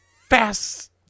fast